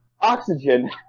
oxygen